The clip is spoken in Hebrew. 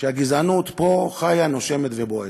שהגזענות פה חיה, נושמת ובועטת.